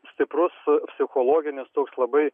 stiprus psichologinis toks labai